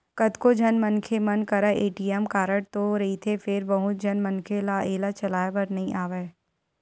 कतको झन मनखे मन करा ए.टी.एम कारड तो रहिथे फेर बहुत झन मनखे ल एला चलाए बर नइ आवय